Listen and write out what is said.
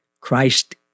Christ